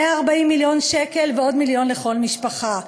140 מיליון שקל ועוד מיליון לכל משפחה.